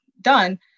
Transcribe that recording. done